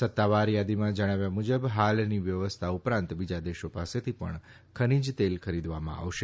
સત્તાવાર યાદીમાં જણાવ્યા મુજબ હાલની વ્યવસ્થા ઉપરાંત બીજા દેશો પાસેથી પણ ખનીજ તેલ ખરીદવામાં આવશે